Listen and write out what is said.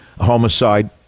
homicide